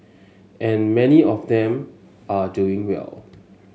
and many of them are doing well